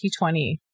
2020